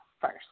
first